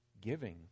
giving